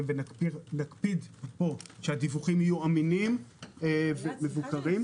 ונקפיד פה שהדיווחים יהיו אמינים ומבוקרים.